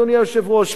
אדוני היושב-ראש,